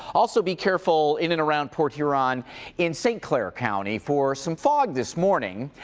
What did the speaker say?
also be careful in and around port huron in st. clair county for some fog this morning.